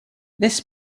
this